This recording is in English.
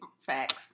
Facts